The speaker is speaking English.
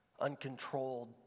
uncontrolled